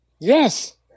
Yes